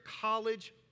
college